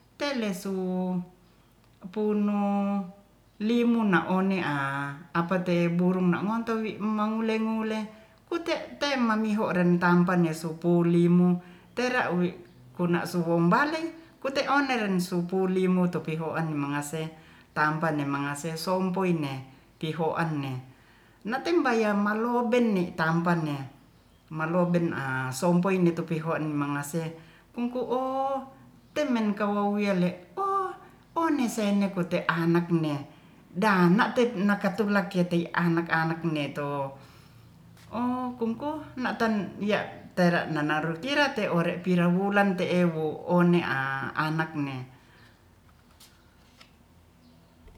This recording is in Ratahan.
Kene su punu limo na one a apate burung na ngonto wi nangule-ngule te rentampa ya supu limo tera wi kuna sumbale kote oneren supu limo topihoan mangase tampa mangase sompoi ne pihoan ne nating bayar lo benne tampane maloben a sompoi snetopihoan mangase ungku o temen kamawiele o one se ne kote anak ne dana te nakatalu na ketei anak anak ne to o kumko natan ya tera nana kira te ore pira wulan te'e wo one a anak ne